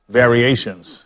variations